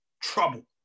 trouble